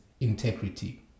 integrity